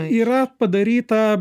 yra padaryta